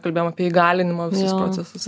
kalbėjom apie įgalinimo visus procesus